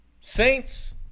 Saints